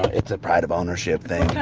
it's a pride of ownership thing